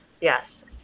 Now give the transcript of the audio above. Yes